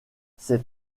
ces